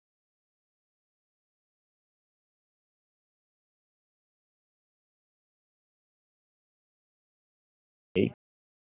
eh